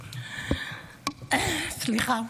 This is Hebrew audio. סליחה.